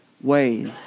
ways